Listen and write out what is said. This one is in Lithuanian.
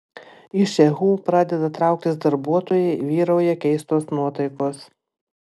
iš ehu pradeda trauktis darbuotojai vyrauja keistos nuotaikos